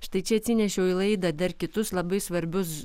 štai čia atsinešiau į laidą dar kitus labai svarbius